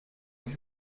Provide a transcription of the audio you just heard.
sich